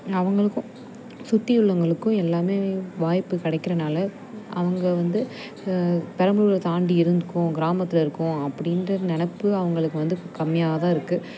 அவங்களுக்கும் சுற்றி உள்ளவங்களுக்கும் எல்லாமே வாய்ப்பு கிடைக்கிறனால அவங்க வந்து பெரம்பலூரை தாண்டி இருந்துக்கும் கிராமத்தில் இருக்கோம் அப்படின்ற நினப்பு அவங்களுக்கு வந்து கம்மியாக தான் இருக்கு